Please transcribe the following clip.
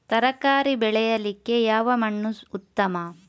ತರಕಾರಿ ಬೆಳೆಯಲಿಕ್ಕೆ ಯಾವ ಮಣ್ಣು ಉತ್ತಮ?